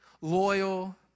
loyal